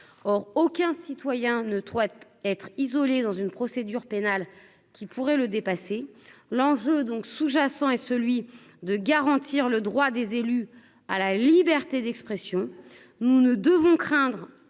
or aucun citoyen ne trois être isolé dans une procédure pénale qui pourrait le dépasser l'enjeu donc sous-jacent est celui de garantir le droit des élus à la liberté d'expression, nous ne devons craindre